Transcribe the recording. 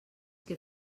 que